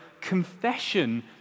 confession